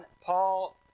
Paul